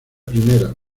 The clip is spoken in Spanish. primera